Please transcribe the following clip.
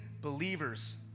believers